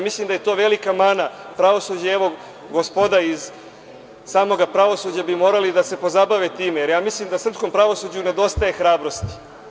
Mislim da je to velika mana pravosuđa i evo gospoda iz samog pravosuđa bi morali da se pozabave time, jer ja mislim srpskom pravosuđu nedostaje hrabrosti.